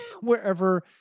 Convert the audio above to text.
Wherever